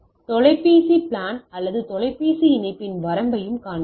தொலைபேசி பிளேன் அல்லது தொலைபேசி இணைப்பின் வரம்பையும் காண்கிறோம்